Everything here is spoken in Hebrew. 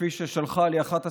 כפי ששלחה לי אחת השחקניות,